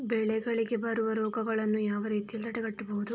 ಬೆಳೆಗಳಿಗೆ ಬರುವ ರೋಗಗಳನ್ನು ಯಾವ ರೀತಿಯಲ್ಲಿ ತಡೆಗಟ್ಟಬಹುದು?